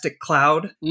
cloud